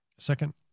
Second